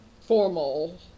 Formal